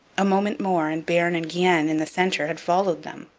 a moment more, and bearn and guienne, in the centre, had followed them.